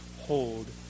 hold